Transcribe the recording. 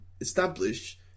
establish